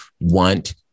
want